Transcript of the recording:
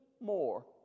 more